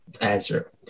answer